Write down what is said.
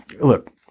look